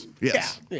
Yes